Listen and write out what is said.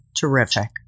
Terrific